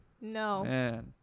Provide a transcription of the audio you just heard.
no